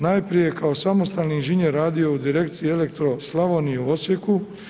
Najprije je kao samostalni inženjer radio u direkciji Elektroslavonije u Osijeku.